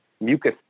mucus